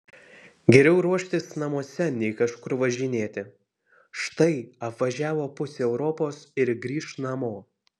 geriau ruoštis namuose nei kažkur važinėti štai apvažiavo pusę europos ir grįš namo